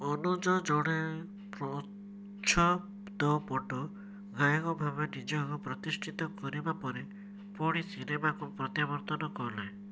ଅନୁଜ ଜଣେ ପ୍ରଚ୍ଛଦପଟ ଗାୟକ ଭାବେ ନିଜକୁ ପ୍ରତିଷ୍ଠିତ କରିବା ପରେ ପୁଣି ସିନେମାକୁ ପ୍ରତ୍ୟାବର୍ତ୍ତନ କଲେ